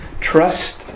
trust